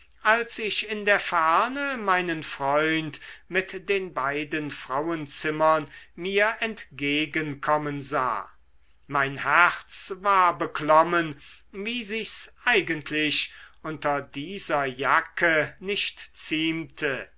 als ich in der ferne meinen freund mit den beiden frauenzimmern mir entgegen kommen sah mein herz war beklommen wie sich's eigentlich unter dieser jacke nicht ziemte